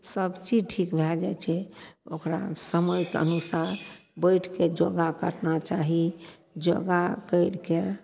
सब चीज ठीक भए जाइ छै ओकरा समयके अनुसार बैठके योगा करना चाही योगा करिके